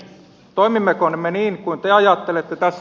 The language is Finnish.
toimimmeko me niin kuin te ajattelette tässä